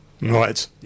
Right